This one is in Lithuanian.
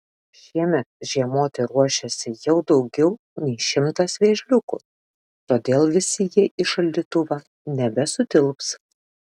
šiemet žiemoti ruošiasi jau daugiau nei šimtas vėžliukų todėl visi jie į šaldytuvą nebesutilps